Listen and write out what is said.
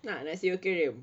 nak nak sea aquarium